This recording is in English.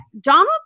Donald